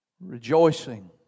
rejoicing